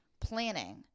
planning